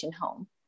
home